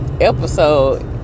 episode